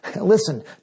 Listen